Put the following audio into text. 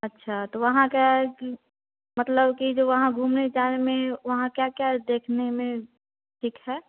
अच्छा तो वहाँ का की मतलब कि जे वहाँ घूमने जाने में वहाँ क्या क्या देखने में ठीक है